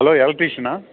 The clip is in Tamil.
ஹலோ எலக்ட்ரீஷியனா